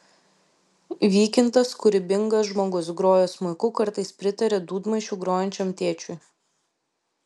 vykintas kūrybingas žmogus groja smuiku kartais pritaria dūdmaišiu grojančiam tėčiui